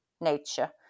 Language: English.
nature